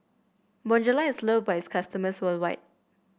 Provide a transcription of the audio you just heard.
Bonjela is loved by its customers worldwide